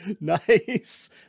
Nice